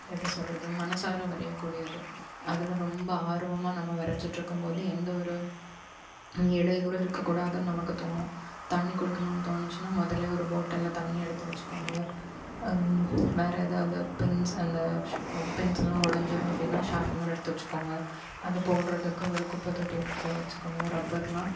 எப்படி சொல்கிறது மனசார வரையக்கூடியது அதில் ரொம்ப ஆர்வமாக நம்ம வரைஞ்சிட்ருக்கம்போது எந்த ஒரு இடையூறும் இருக்கக்கூடாதுனு நமக்கு தோணும் தண்ணி குடிக்கணும்னு தோணுச்சினால் முதல்லே ஒரு பாட்டில்ல தண்ணி எடுத்து வச்சிக்கோங்கள் வேற ஏதாவது பென்ஸ் அந்த ஷா பென்சிலு உடஞ்சிரும் அப்படினா ஷார்ப்னர் எடுத்து வச்சிக்கோங்கள் அதை போடுறதுக்கு ஒரு குப்பை தொட்டி எடுத்து வச்சிக்கோங்கள் ரப்பர்லாம்